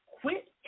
quit